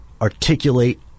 articulate